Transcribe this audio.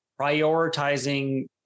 prioritizing